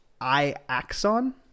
Iaxon